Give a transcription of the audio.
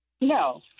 No